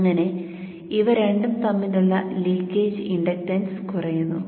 അങ്ങനെ ഇവ രണ്ടും തമ്മിലുള്ള ലീക്കേജ് ഇൻഡക്ടൻസ് കുറയുന്നു